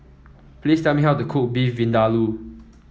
please tell me how to cook Beef Vindaloo